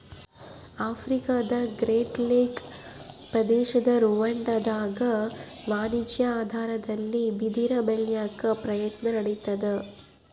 ಆಫ್ರಿಕಾದಗ್ರೇಟ್ ಲೇಕ್ ಪ್ರದೇಶದ ರುವಾಂಡಾದಾಗ ವಾಣಿಜ್ಯ ಆಧಾರದಲ್ಲಿ ಬಿದಿರ ಬೆಳ್ಯಾಕ ಪ್ರಯತ್ನ ನಡಿತಾದ